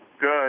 Good